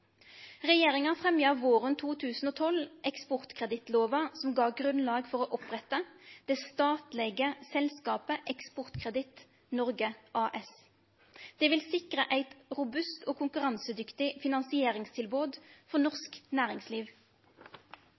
Regjeringa fremja våren 2012 eksportkredittlova, som gav grunnlag for å opprette det statlege selskapet Eksportkreditt Norge AS. Det vil sikre eit robust og konkurransedyktig finansieringstilbod for norsk næringsliv.